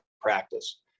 practice